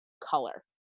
color